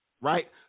right